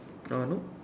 ah nope